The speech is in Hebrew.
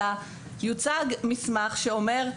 אלא יוצג מסמך שאומר: